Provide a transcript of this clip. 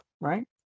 right